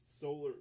solar